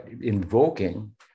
invoking